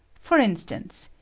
for instance,